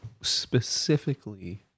specifically